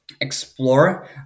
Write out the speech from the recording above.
explore